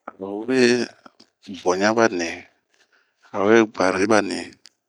Awe boɲa ba nii, a we buari ba nii.